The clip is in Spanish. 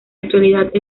actualidad